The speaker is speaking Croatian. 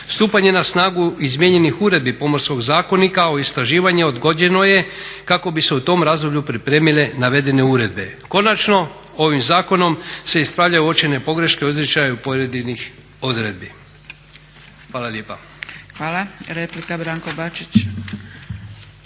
Stupanje na snagu izmijenjenih uredbi Pomorskog zakonika kao i istraživanje odgođeno je kako bi se u tom razdoblju pripremile navedene uredbe. Konačno ovim zakonom se ispravljaju uočene pogreške o izričaju pojedinih odredbi. Hvala lijepa. **Zgrebec, Dragica